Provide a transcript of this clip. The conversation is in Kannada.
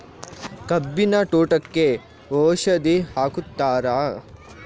ಕಬ್ಬಿನ ತೋಟಕ್ಕೆ ಔಷಧಿ ಹಾಕುತ್ತಾರಾ?